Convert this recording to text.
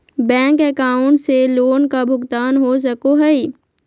Bank account से loan का भुगतान हो सको हई?